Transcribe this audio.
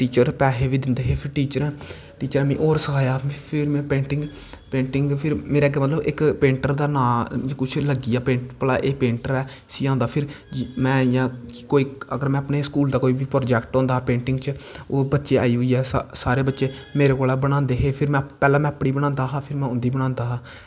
teacher पैसे बी दिंदे हे फिर टीचर टीचरैं मिगी होर सखाया फिर में पेंटिंग फिर इक मेरा मतलव इक पेंटर दा नांऽ कुश लग्गी जा भला पेंटर ऐ इसी आंदा फिर में इयां में कोई बी अपने स्कूल दा प्रोजैक्ट होंदा हा पेंटिंग च ओह् बच्चे सारे बच्चे मेरै कोला दा बनांदे हे फिर में पैह्लैं में आपैं बनांदा हा फिर में उंदी बनांदा हा